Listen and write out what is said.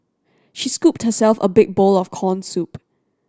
she scooped herself a big bowl of corn soup